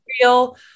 real